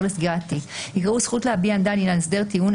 לסגירת תיק" יקראו "זכות להביע עמדה לעניין הסדר טיעון,